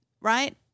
right